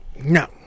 No